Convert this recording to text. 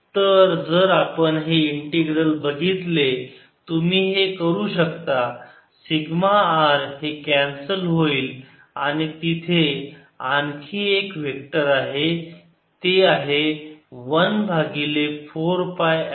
तर जर आपण हे इंटीग्रल बघितले तुम्ही हे करू शकता सिग्मा r हे कॅन्सल होईल आणि तिथे आणखीन एक वेक्टर आहे ते आहे 1 भागिले 4 पाय एप्सिलॉन नॉट